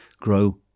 grow